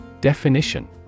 Definition